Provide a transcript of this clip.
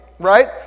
Right